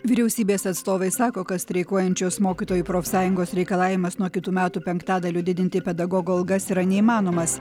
vyriausybės atstovai sako kad streikuojančios mokytojų profsąjungos reikalavimas nuo kitų metų penktadaliu didinti pedagogų algas yra neįmanomas